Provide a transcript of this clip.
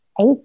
eight